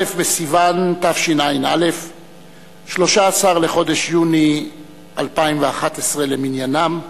התשע"א, 13 בחודש יוני 2011 למניינם.